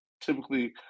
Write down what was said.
typically